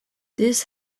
this